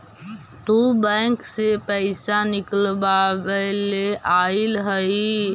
तु बैंक से पइसा निकलबएले अइअहिं